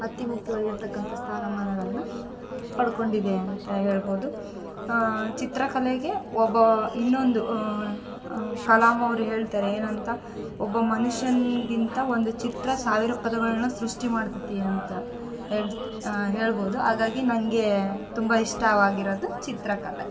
ಅತೀ ಮುಖ್ಯವಾಗಿರ್ತಕ್ಕಂಥ ಸ್ಥಾನಮಾನಗಳನ್ನ ಪಡ್ಕೊಂಡಿದೆ ಅಂತ ಹೇಳ್ಬೋದು ಚಿತ್ರಕಲೆಗೆ ಒಬ್ಬ ಇನ್ನೊಂದು ಕಲಾಂ ಅವ್ರು ಹೇಳ್ತಾರೆ ಏನಂತ ಒಬ್ಬ ಮನುಷ್ಯನಿಗಿಂತ ಒಂದು ಚಿತ್ರ ಸಾವಿರ ಪದಗಳನ್ನು ಸೃಷ್ಟಿ ಮಾಡ್ತತಿ ಅಂತ ಹೇಳ್ ಹೇಳ್ಬೋದು ಹಾಗಾಗಿ ನನಗೆ ತುಂಬ ಇಷ್ಟವಾಗಿರೋದು ಚಿತ್ರಕಲೆ